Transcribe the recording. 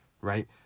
right